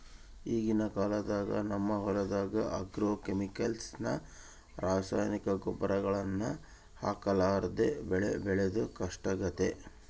ಈಗಿನ ಕಾಲದಾಗ ನಮ್ಮ ಹೊಲದಗ ಆಗ್ರೋಕೆಮಿಕಲ್ಸ್ ನ ರಾಸಾಯನಿಕ ಗೊಬ್ಬರಗಳನ್ನ ಹಾಕರ್ಲಾದೆ ಬೆಳೆ ಬೆಳೆದು ಕಷ್ಟಾಗೆತೆ